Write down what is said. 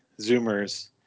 Zoomers